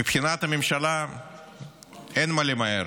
מבחינת הממשלה אין מה למהר,